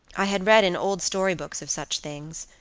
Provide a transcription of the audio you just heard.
i had read in old storybooks of such things.